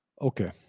Okay